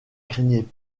craignait